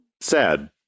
sad